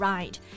Right